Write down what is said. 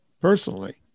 personally